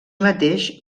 mateix